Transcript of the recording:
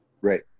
Right